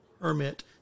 permit